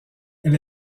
elle